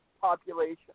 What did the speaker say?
population